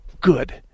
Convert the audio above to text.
Good